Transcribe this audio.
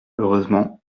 heureusement